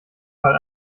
fall